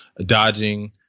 dodging